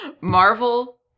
Marvel